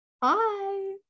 Bye